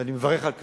ואני מברך על כך.